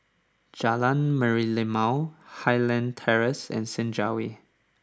Jalan Merlimau Highland Terrace and Senja Way